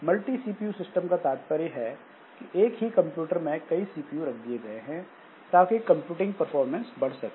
multi CPU system का तात्पर्य है कि एक ही कंप्यूटर में कई सीपीयू रख दिए गए हैं ताकि कंप्यूटिंग परफॉर्मेंस बढ़ सके